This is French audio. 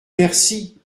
merci